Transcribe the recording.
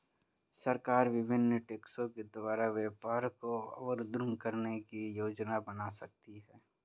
सरकार विभिन्न टैक्सों के द्वारा व्यापार को अवरुद्ध करने की योजना बना सकती है